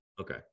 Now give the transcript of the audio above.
Okay